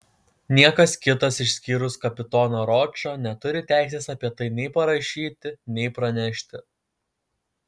niekas kitas išskyrus kapitoną ročą neturi teisės apie tai nei parašyti nei pranešti